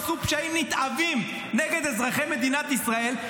עשו פשעים נתעבים נגד אזרחי מדינת ישראל,